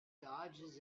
dodges